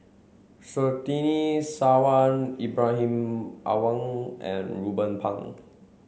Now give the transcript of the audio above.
Surtini Sarwan Ibrahim Awang and Ruben Pang